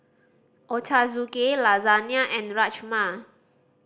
Ochazuke Lasagna and Rajma